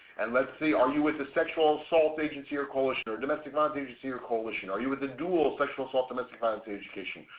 and let's see, are you with the sexual assault agency or coalition or domestic ah violence agency or coalition? are you with a duel sexual assault domestic violence education?